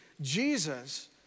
Jesus